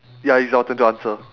ya it's your turn to answer